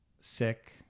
sick